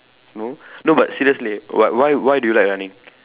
no no but seriously why why why do you like running